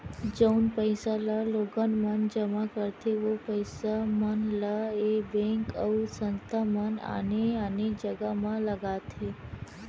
जउन पइसा ल लोगन मन जमा करथे ओ पइसा मन ल ऐ बेंक अउ संस्था मन आने आने जघा म लगाथे